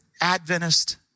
Adventist